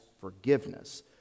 forgiveness